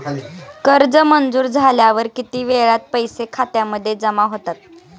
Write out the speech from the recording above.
कर्ज मंजूर झाल्यावर किती वेळात पैसे खात्यामध्ये जमा होतात?